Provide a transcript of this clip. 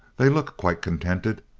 they look quite contented.